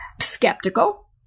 skeptical